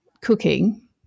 cooking